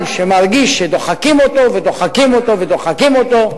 שמרגיש שדוחקים אותו ודוחקים אותו ודוחקים אותו,